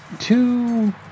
Two